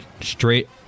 straight